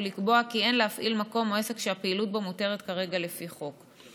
ולקבוע כי אין להפעיל מקום או עסק שהפעילות בו מותרת כרגע לפי חוק.